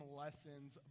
lessons